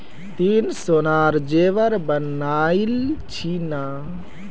ती सोनार जेवर बनइल छि न